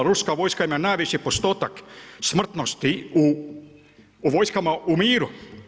Ruska vojska ima najveći postotak smrtnosti u vojskama u miru.